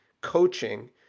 coaching